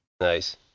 Nice